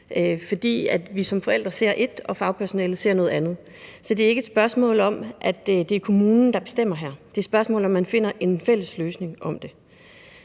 fordi vi som forældre ser ét og fagpersonalet ser noget andet. Så det er ikke et spørgsmål om, at det er kommunen, som bestemmer her; det er et spørgsmål om, at man finder en fælles løsning på det.